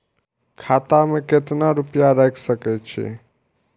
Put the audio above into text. खाता में केतना रूपया रैख सके छी?